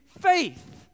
faith